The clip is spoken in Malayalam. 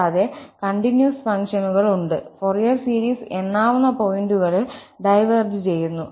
കൂടാതെ കണ്ടിന്യൂസ് ഫംഗ്ഷനുകൾ ഉണ്ട് ഫൊറിയർ സീരീസ് എണ്ണാവുന്ന പോയിന്റുകളിൽ ഡൈവേർജ് ചെയ്യുന്നു